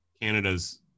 Canada's